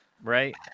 right